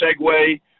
segue